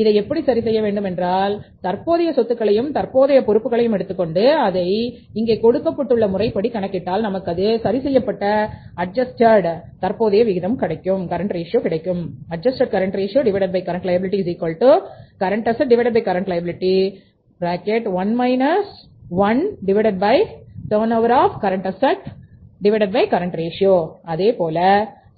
இதை எப்படி சரி செய்ய வேண்டும் என்றால் தற்போதைய சொத்துக்களையும் தற்போதைய பொறுப்புகளையும் எடுத்துக்கொண்டு அதை இங்கே கொடுக்கப்பட்டுள்ள முறைப்படி கணக்கிட்டால் நமக்கு சரி செய்யப்பட்ட தற்போதைய விகிதம் கிடைக்கும்Adj CACLCACL1 1TURNOVER OF CACL அதேபோல